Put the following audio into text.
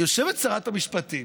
יושבת שרת המשפטים,